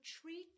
treat